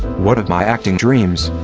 what of my acting dreams.